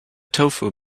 tofu